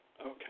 Okay